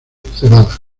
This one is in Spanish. cebada